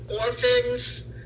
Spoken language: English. orphans